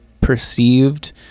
perceived